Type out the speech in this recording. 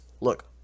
look